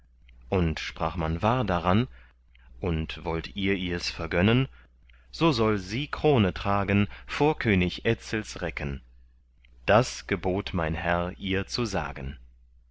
und sprach man wahr daran und wollt ihr ihrs vergönnen so soll sie krone tragen vor könig etzels recken das gebot mein herr ihr zu sagen